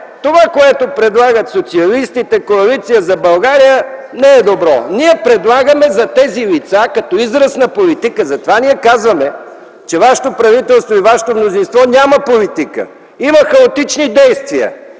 това, което предлагат социалистите, Коалиция за България, не е добро”. Ние го предлагаме за тези лица като израз на политика. Затова казваме, че вашето правителство и вашето мнозинство няма политика, има хаотични действия.